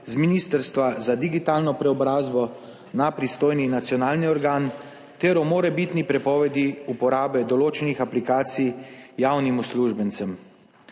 z Ministrstva za digitalno preobrazbo na pristojni nacionalni organ ter o morebitni prepovedi uporabe določenih aplikacij javnim uslužbencem.